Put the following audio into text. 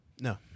No